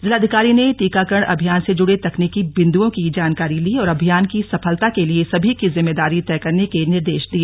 जिलाधिकारी ने टीकाकरण अभियान से जुड़े तकनीकी बिंदुओं की जानकारी ली और अभियान की सफलता के लिए सभी की जिम्मेदारी तय करने के निर्देश दिए